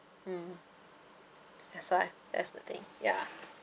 mm that's why that's the thing ya